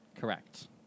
Correct